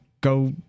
go